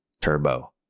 Turbo